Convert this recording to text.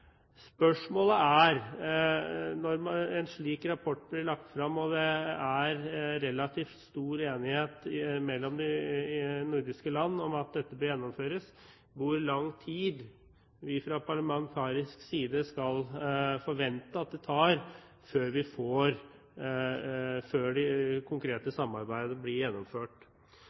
Når en slik rapport blir lagt frem, og det er relativt stor enighet mellom de nordiske land om at dette bør gjennomføres, er spørsmålet hvor lang tid vi fra parlamentarisk side skal forvente at det tar før det konkrete samarbeidet blir gjennomført.